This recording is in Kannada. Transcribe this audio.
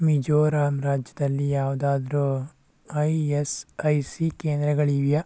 ಮಿಜೋರಂ ರಾಜ್ಯದಲ್ಲಿ ಯಾವುದಾದ್ರು ಇ ಎಸ್ ಐ ಸಿ ಕೇಂದ್ರಗಳಿವೆಯಾ